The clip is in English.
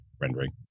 rendering